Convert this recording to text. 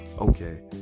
okay